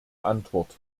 antwort